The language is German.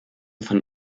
von